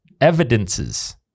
evidences